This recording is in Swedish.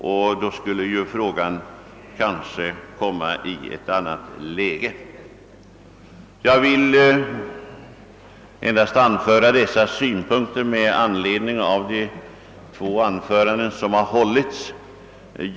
Om en sådan lag kommer till stånd kommer detta problem i ett annat läge. Jag har velat anföra dessa synpunkter med anledning av de två inlägg som här gjorts.